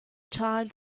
child